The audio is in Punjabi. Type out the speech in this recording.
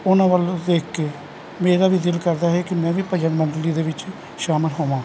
ਉਹਨਾਂ ਵੱਲ ਦੇਖ ਕੇ ਮੇਰਾ ਵੀ ਦਿਲ ਕਰਦਾ ਹੈ ਕਿ ਮੈਂ ਵੀ ਭਜਨ ਮੰਡਲੀ ਦੇ ਵਿੱਚ ਸ਼ਾਮਿਲ ਹੋਵਾਂ